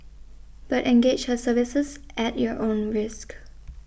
but engage her services at your own risk